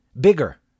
Bigger